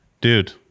Dude